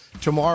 tomorrow